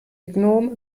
gnom